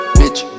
bitch